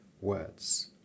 words